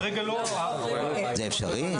זה אפשרי?